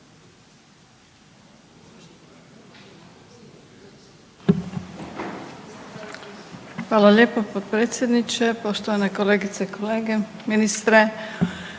Hvala lijepo potpredsjedniče. Poštovane kolegice i kolege, ministre,